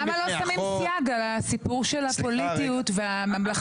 למה לא שמים סייג על הסיפור של הפוליטיות והממלכתיות?